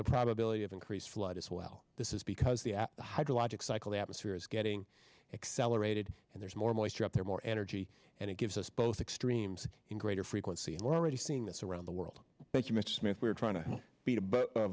the probability of increased flood as well this is because the hydrologic cycle the atmosphere is getting accelerated and there's more moisture out there more energy and it gives us both extremes in greater frequency and we're already seeing this around the world thank you mr smith we're trying to be a